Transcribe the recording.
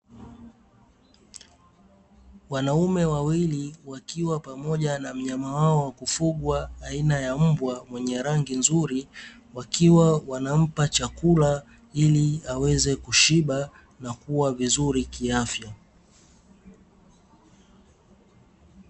Wanaume wawili wakiwa pamoja na mnyama wao wa kufugwa aina ya mbwa mwenye rangi nzuri, wakiwa wanampa chakula ili aweze kushiba na kuwa vizuri kiafya.